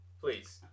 Please